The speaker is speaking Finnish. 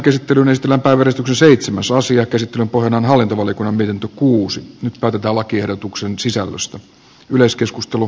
käsittelyn ystävänpäivänä seitsemäs asian käsittely voidaan hallita valikoimien tu kuusi karta pohjana on hallintovaliokunnan mietintö